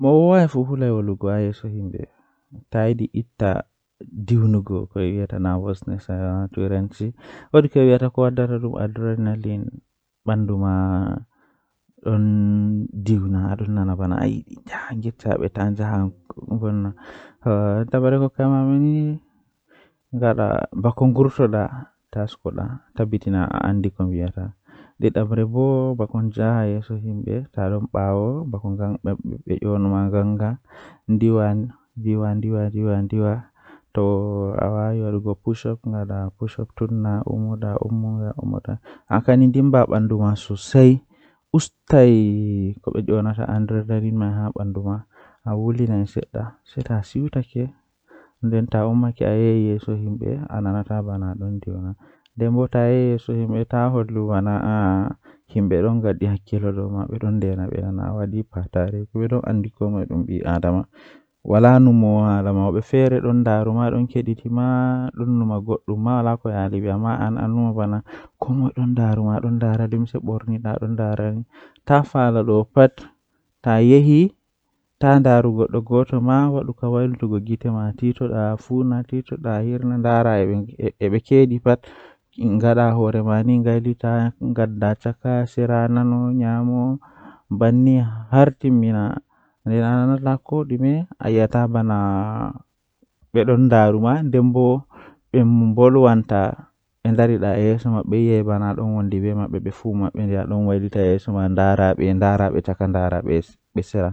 Dabbaji jei wawatat jodaago haa less leddi woodi nyuue di don mari saare haa less leddi